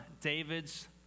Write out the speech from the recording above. David's